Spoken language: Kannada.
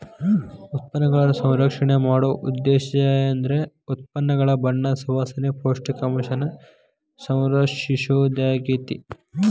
ಉತ್ಪನ್ನಗಳ ಸಂಸ್ಕರಣೆ ಮಾಡೊ ಉದ್ದೇಶೇಂದ್ರ ಉತ್ಪನ್ನಗಳ ಬಣ್ಣ ಸುವಾಸನೆ, ಪೌಷ್ಟಿಕಾಂಶನ ಸಂರಕ್ಷಿಸೊದಾಗ್ಯಾತಿ